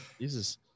Jesus